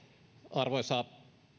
arvoisa